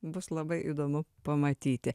bus labai įdomu pamatyti